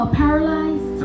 paralyzed